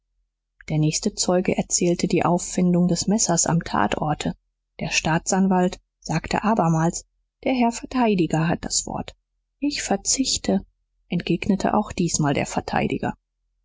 der nächste zeuge erzählte die auffindung des messers am tatorte der staatsanwalt sagte abermals der herr verteidiger hat das wort ich verzichte entgegnete auch diesmal der verteidiger